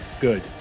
Good